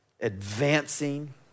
advancing